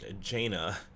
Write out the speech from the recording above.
Jaina